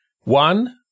One